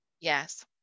Yes